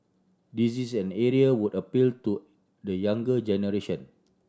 this is an area would appeal to the younger generation